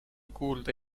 kuulda